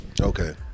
Okay